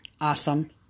Awesome